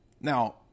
Now